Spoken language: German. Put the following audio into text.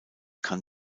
kann